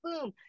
Boom